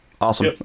awesome